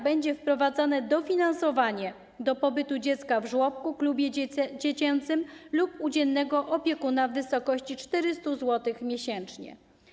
Będzie wprowadzone dofinansowanie do pobytu dziecka w żłobku, w klubie dziecięcym lub u dziennego opiekuna w wysokości 400 zł miesięcznie.